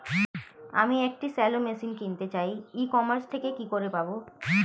আমি একটি shallow machine কিনতে চাই ই কমার্স থেকে কি করে পাবো?